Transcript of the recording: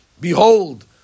behold